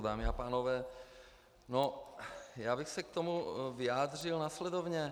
Dámy a pánové, já bych se k tomu vyjádřil následovně.